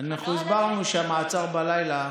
אנחנו הסברנו שהמעצר בלילה